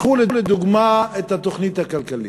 קחו לדוגמה את התוכנית הכלכלית.